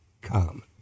come